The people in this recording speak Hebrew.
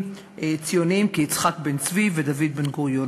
ציונים כיצחק בן-צבי ודוד בן-גוריון.